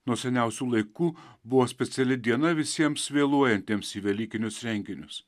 nuo seniausių laikų buvo speciali diena visiems vėluojantiems į velykinius renginius